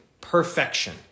Perfection